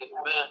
Amen